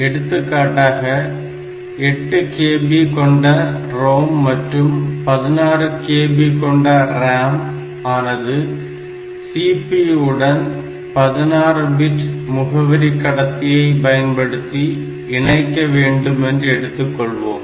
எடுத்துக்காட்டாக 8KB கொண்ட ROM மற்றும் 16KB கொண்ட RAM ஆனது CPU உடன் 16 பிட் முகவரி கடத்தியை பயன்படுத்தி இணைக்க வேண்டும் என்று எடுத்துக்கொள்வோம்